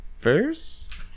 first